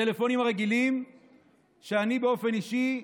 בטלפונים הרגילים אני באופן אישי,